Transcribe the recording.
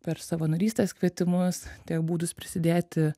per savanorystės kvietimus tiek būdus prisidėti